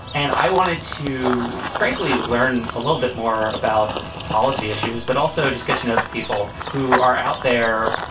and i wanted to frankly learn a little bit more about policy issues but also just get to know the people who are out there.